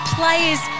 players